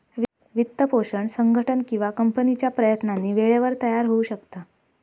वित्तपोषण संघटन किंवा कंपनीच्या प्रयत्नांनी वेळेवर तयार होऊ शकता